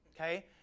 Okay